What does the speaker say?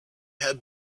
had